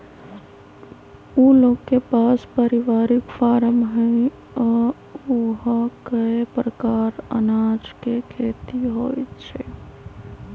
उ लोग के पास परिवारिक फारम हई आ ऊहा कए परकार अनाज के खेती होई छई